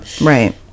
right